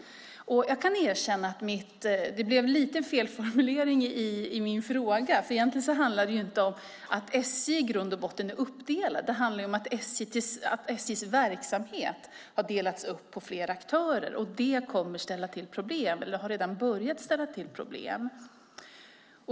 Jag kan erkänna att det blev en liten felformulering i min fråga, för i grund och botten handlar det inte om att SJ är uppdelat. Det handlar om att SJ:s verksamhet har delats upp på flera aktörer och att det har börjat ställa till problem.